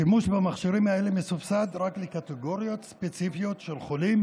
השימוש במכשירים האלה מסובסד רק לקטגוריות ספציפיות של חולים,